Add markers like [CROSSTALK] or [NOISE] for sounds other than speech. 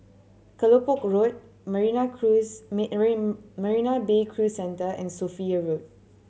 Kelopak Road Marina Cruise [UNINTELLIGIBLE] Marina Bay Cruise Centre and Sophia Road